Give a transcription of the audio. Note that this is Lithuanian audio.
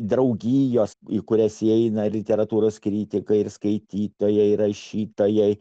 draugijos į kurias įeina literatūros kritikai ir skaitytojai rašytojai